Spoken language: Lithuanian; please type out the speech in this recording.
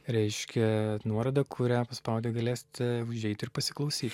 reiškia nuorodą kurią paspaudę galėsite užeit ir pasiklausyt